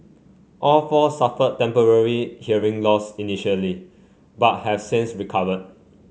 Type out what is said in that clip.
all four suffered temporary hearing loss initially but have since recovered